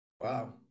wow